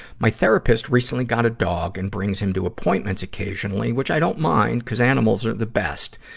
my therapist recently got a dog and brings him to appointments occasionally, which i don't mind cuz animals are the best,